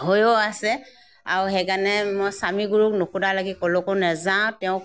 হৈয়ো আছে আৰু সেইকাণে মই স্বামীগুৰুক নোসোধালৈকে কলৈকো নেযাওঁ তেওঁক